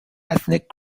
ethnic